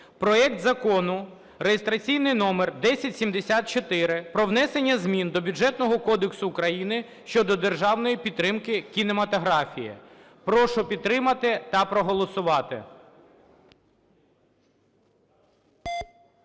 проект Закону (реєстраційний номер 1074): про внесення змін до Бюджетного кодексу України щодо державної підтримки кінематографії. Прошу підтримати та проголосувати.